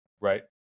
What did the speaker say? Right